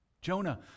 Jonah